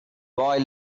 boy